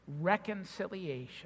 Reconciliation